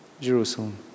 Jerusalem